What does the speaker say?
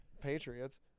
Patriots